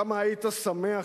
כמה היית שמח,